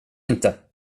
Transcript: inte